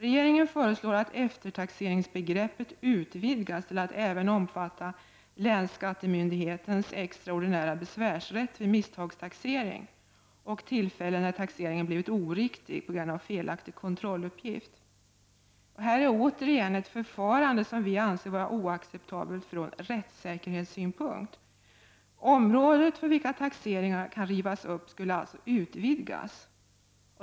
Regeringen föreslår att eftertaxeringsbegreppet utvidgas till att även omfatta länsskattemyndighetens extraordinära besvärsrätt vid misstagstaxering och tillfällen när taxeringen blivit oriktig på grund av felaktig kontrolluppgift. Här är återigen ett förfarande som vi anser vara oacceptabelt ur rättssäkerhetssynpunkt. Området för vilka taxeringar som kan rivas upp skulle alltså utvidgas.